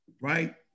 Right